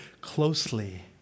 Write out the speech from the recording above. closely